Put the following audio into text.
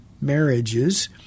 marriages